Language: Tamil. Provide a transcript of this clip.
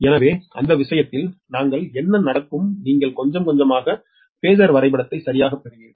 எனவே அந்த விஷயத்தில் நாங்கள் என்ன நடக்கும் நீங்கள் கொஞ்சம் கொஞ்சமாக ஃபாசர் வரைபடத்தை சரியாகப் பெறுவீர்கள்